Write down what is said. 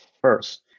first